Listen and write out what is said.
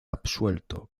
absuelto